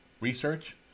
research